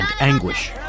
anguish